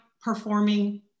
performing